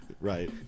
Right